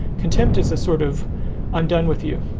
contempt is a sort of i'm done with you.